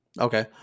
Okay